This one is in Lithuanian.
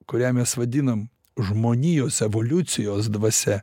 kurią mes vadinam žmonijos evoliucijos dvasia